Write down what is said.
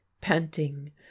panting